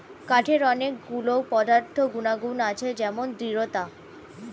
কাঠের অনেক গুলো পদার্থ গুনাগুন আছে যেমন দৃঢ়তা